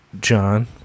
John